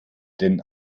denn